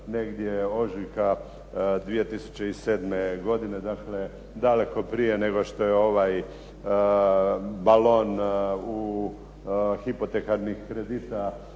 negdje ožujka 2007. godine. Dakle, daleko prije nego što je ovaj balon hipotekarnih kredita